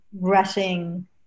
rushing